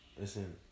listen